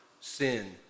sin